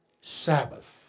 Sabbath